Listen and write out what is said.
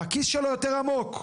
הכיס שלו יותר עמוק,